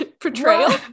Portrayal